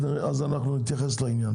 אנחנו נתייחס לעניין.